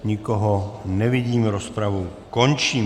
Nikoho nevidím, rozpravu končím.